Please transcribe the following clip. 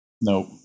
Nope